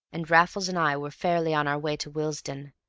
and raffles and i were fairly on our way to willesden,